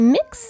Mix